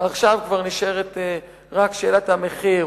ועכשיו כבר נשארת רק שאלת המחיר,